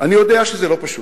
אני יודע שזה לא פשוט,